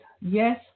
Yes